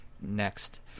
next